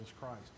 Christ